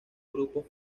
grupos